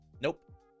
Nope